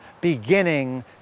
beginning